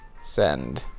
send